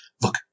look